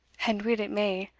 and weel it may.